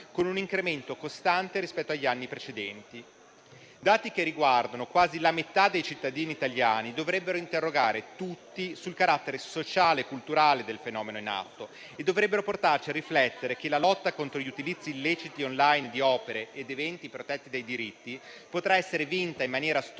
con un incremento costante rispetto agli anni precedenti. Dati che riguardano quasi la metà dei cittadini italiani dovrebbero interrogare tutti sul carattere sociale e culturale del fenomeno in atto e dovrebbero portarci a riflettere sul fatto che la lotta contro gli utilizzi illeciti *online* di opere ed eventi protetti dai diritti potrà essere vinta in maniera strutturale